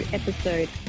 episode